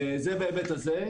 בנוסף,